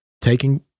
taking